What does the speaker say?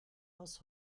aus